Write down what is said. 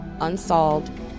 unsolved